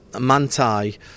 manti